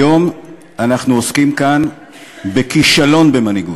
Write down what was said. היום אנחנו עוסקים כאן בכישלון במנהיגות.